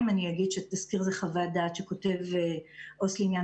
אני אומר שהתסקיר הוא חוות דעת שכותב עובד סוציאלי לעניין